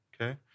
okay